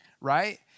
Right